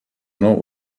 mnou